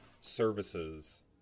services –